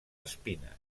espines